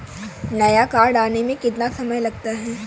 नया कार्ड आने में कितना समय लगता है?